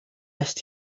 est